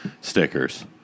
stickers